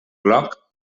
gloc